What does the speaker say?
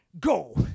Go